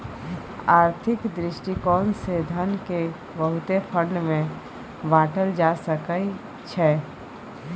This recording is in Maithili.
आर्थिक दृष्टिकोण से धन केँ बहुते फंड मे बाटल जा सकइ छै